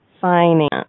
finance